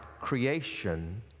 creation